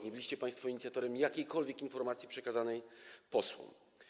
Nie byliście państwo inicjatorem jakiejkolwiek informacji przekazanej posłom.